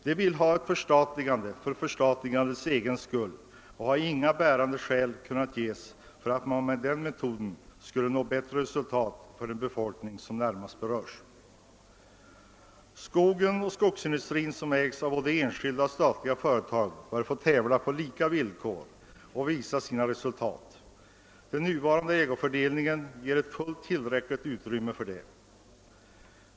De önskar ett förstatligande för dess egen skull och har inte kunnat anföra några bärande skäl för att man med den metod som de företräder skulle nå bättre resultat för den befolkning som närmast berörs. Skogen och skogsindustrin ägs av både enskilda och statliga företag, och dessa bör få tävla på lika villkor. Den nuva rande ägofördelningen ger fullt tillräckligt utrymme för detta.